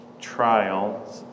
trial